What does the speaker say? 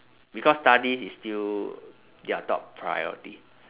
because studies is still their top priority